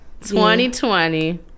2020